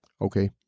Okay